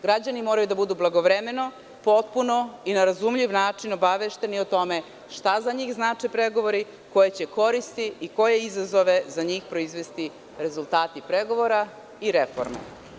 Građani moraju da budu blagovremeno, potpuno i na razumljiv način obavešteni o tome šta za njih znače pregovori, koje će koristi i koje izazove za njih proizvesti rezultati pregovora i reforme.